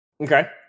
Okay